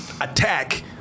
attack